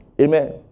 Amen